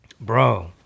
Bro